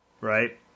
right